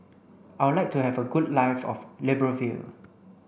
I would like to have a good live of Libreville